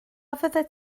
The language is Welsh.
fyddet